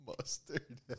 Mustard